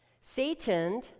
Satan